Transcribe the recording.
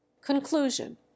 CONCLUSION